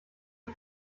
ich